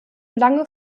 lange